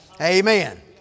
Amen